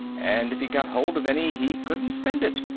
and if he got hold of any, he couldn't spend it.